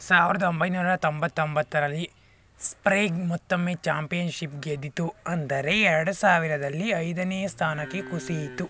ಸಾವಿರದ ಒಂಬೈನೂರ ತೊಂಬತ್ತೊಂಬತ್ತರಲ್ಲಿ ಸ್ಪ್ರೇಗ್ ಮತ್ತೊಮ್ಮೆ ಚಾಂಪಿಯನ್ಶಿಪ್ ಗೆದ್ದಿತು ಅಂದರೆ ಎರಡು ಸಾವಿರದಲ್ಲಿ ಐದನೇ ಸ್ಥಾನಕ್ಕೆ ಕುಸಿಯಿತು